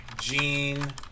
Gene